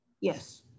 Yes